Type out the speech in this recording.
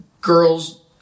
girls